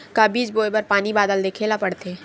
का बीज बोय बर पानी बादल देखेला पड़थे?